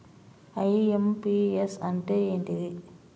IMPS అంటే ఏంటిది?